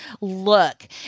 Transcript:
look